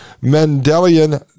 Mendelian